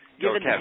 given